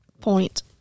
Point